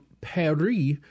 paris